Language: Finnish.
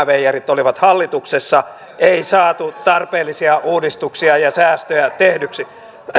veijarit olivat hallituksessa ei saatu tarpeellisia uudistuksia ja säästöjä tehdyksi